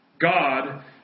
God